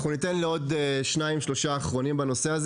אנחנו ניתן לעוד שניים-שלושה אחרונים לדבר בנושא הזה